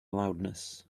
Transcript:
loudness